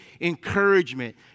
encouragement